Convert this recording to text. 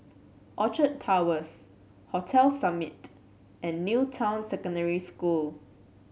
Orchard Towers Hotel Summit and New Town Secondary School